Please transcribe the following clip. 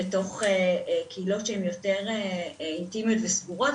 בתוך קהילות שהן יותר אינטימיות וסגורות.